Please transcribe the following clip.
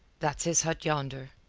that's his hut yonder.